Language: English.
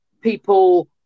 people